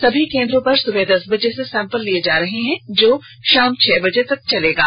सभी केंद्रों पर सुबह दस बजे सैंपल लिये जा रहे हैं जो शाम छह बजे तक लिये जाएंगे